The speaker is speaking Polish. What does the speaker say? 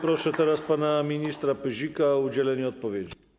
Proszę teraz pana ministra Pyzika o udzielenie odpowiedzi.